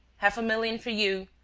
half a million for you,